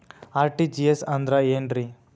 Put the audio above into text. RTGS ಅಂದ್ರ ಏನ್ರಿ?